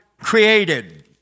created